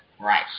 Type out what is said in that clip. Right